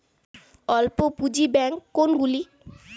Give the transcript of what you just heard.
অল্প পুঁজি ব্যাঙ্ক কোনগুলি?